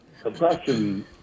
compression